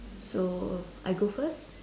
so I go first